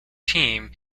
team